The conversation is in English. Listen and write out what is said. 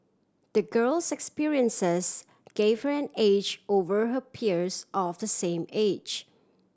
the girl's experiences gave her an edge over her peers of the same age